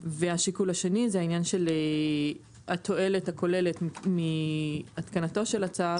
והשיקול השני זה העניין של התועלת הכוללת מהתקנתו של הצו,